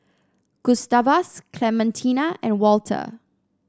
Gustavus Clementina and Walter